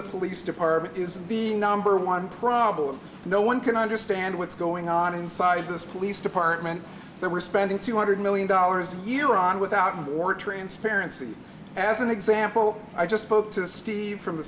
the police department is the number one problem no one can understand what's going on inside this police department that we're spending two hundred million dollars a year on without more transparency as an example i just spoke to steve from the